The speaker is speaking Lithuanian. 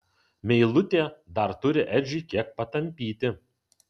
meilutė dar turi edžiui kiek patampyti